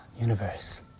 universe